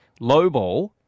lowball